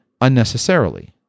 unnecessarily